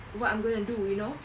what I'm gonna do you know